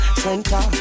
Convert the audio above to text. center